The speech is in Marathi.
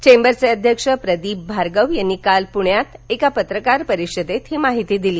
चेंबरचे अध्यक्ष प्रदीप भार्गव यांनी काल पृण्यात पत्रकार परिषदेत ही माहिती दिली